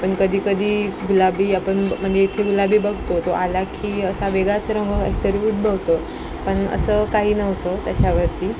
पण कधीकधी गुलाबी आपण म्हणजे इथे गुलाबी बघतो तो आला की असा वेगाच रंगतरी उद्भवतो पण असं काही नव्हतं त्याच्यावरती